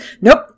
Nope